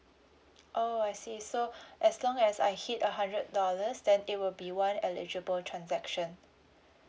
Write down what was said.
oh I see so as long as I hit a hundred dollars then it will be one eligible transaction